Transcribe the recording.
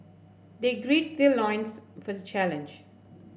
they gird their loins for the challenge